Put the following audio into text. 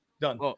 Done